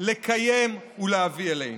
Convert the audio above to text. לקיים ולהביא אלינו.